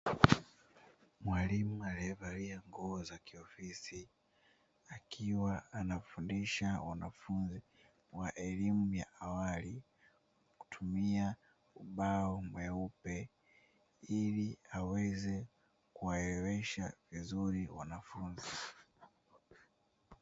Mwalimu aliyevalia nguo za kiofisi akiwa anafundisha wanafunzi wa elimu ya awali kutumia ubao mweupe, ili aweze kuwaelewesha vizuri wanafunzi.